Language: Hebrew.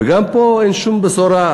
וגם פה אין שום בשורה.